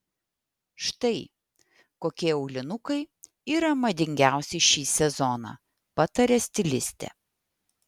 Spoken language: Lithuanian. štai kokie aulinukai yra madingiausi šį sezoną pataria stilistė